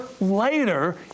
later